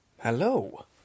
Hello